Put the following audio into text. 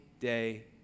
day